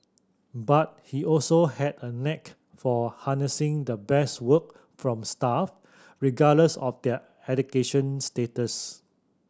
but he also had a knack for harnessing the best work from staff regardless of their education status